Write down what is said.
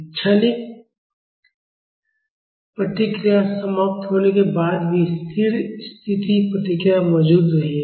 क्षणिक प्रतिक्रिया समाप्त होने के बाद भी स्थिर स्थिति प्रतिक्रिया मौजूद रहेगी